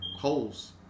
Holes